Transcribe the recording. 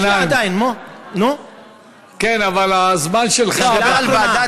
מסעוד גנאים, הזמן שלך עבר.